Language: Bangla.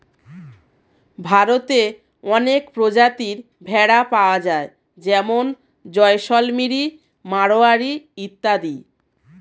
ভারতে অনেক প্রজাতির ভেড়া পাওয়া যায় যেমন জয়সলমিরি, মারোয়ারি ইত্যাদি